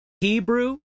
Hebrew